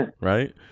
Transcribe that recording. Right